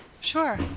Sure